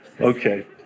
Okay